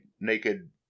naked